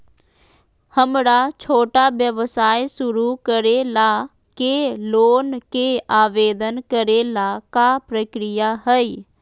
हमरा छोटा व्यवसाय शुरू करे ला के लोन के आवेदन करे ल का प्रक्रिया हई?